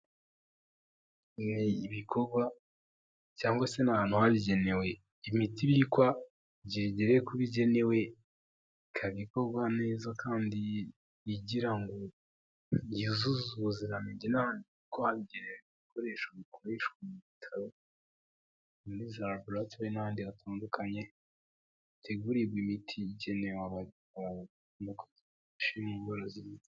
Ibikorwa cyangwa se ni ahantu hagenewe imiti ibikwa kugira ngo igere kubo igenewe ikaba ikorwa neza kandi igira ngo yuzuze ubuziranenge n'ahantu hagenewe ibikoresho bikoreshwa mu bitaro muri za laboratwari n'ahandi hatandukanye hategurirwa imiti igenewe abantu mu buvuzi.